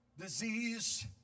Disease